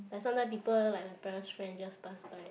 like sometime people like my parent's friend just pass by